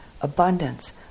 abundance